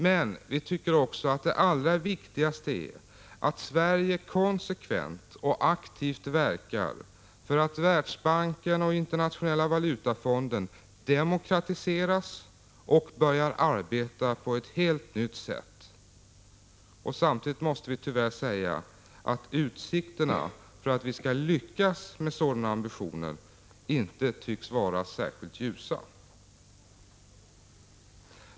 Men vi tycker att det allra viktigaste är att Sverige konsekvent och aktivt verkar för att Världsbanken och Internationella valutafonden demokratiseras och börjar arbeta på ett helt nytt sätt. Samtidigt måste vi tyvärr säga att utsikterna för att vi skall lyckas med sådana ambitioner inte tycks vara särskilt ljusa.